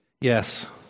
Yes